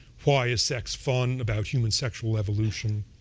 why is sex fun? about human sexual evolution,